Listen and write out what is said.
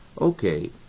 Okay